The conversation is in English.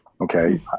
Okay